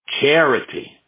charity